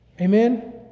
Amen